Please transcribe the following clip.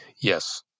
Yes